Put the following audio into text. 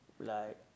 like